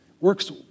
works